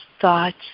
thoughts